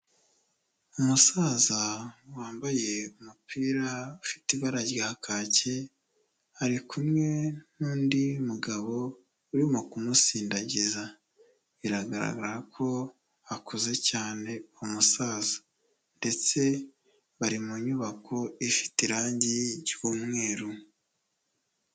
Umusaza wambaye umupira ufite ibara rya kake, ari kumwe n'undi mugabo urimo ku musindagiza, biragaragara ko akuze cyane umusaza, ndetse bari mu nyubako ifite irangi ry'umweru.